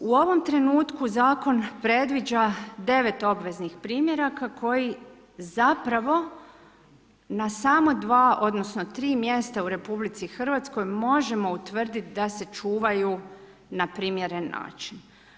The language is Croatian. U ovom trenutku Zakon predviđa 9 obveznih primjeraka koji zapravo na samo dva, odnosno 3 mjesta u RH možemo utvrditi da se čuvaju na primjeren način.